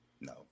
No